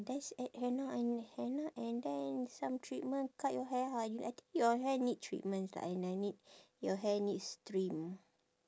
there's hen~ henna and henna and then some treatment cut your hair ah you I think your hair need treatments lah and I need your hair needs trim